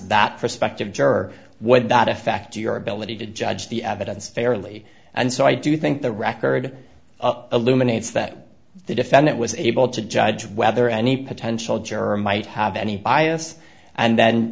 that prospective juror would that affect your ability to judge the evidence fairly and so i do think the record illuminates that the defendant was able to judge whether any potential jurors might have any bias and then